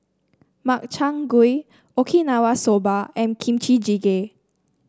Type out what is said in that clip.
Makchang Gui Okinawa Soba and Kimchi Jjigae